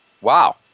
Wow